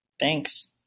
Thanks